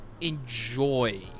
enjoy